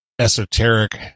esoteric